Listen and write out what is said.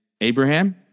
Abraham